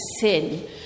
sin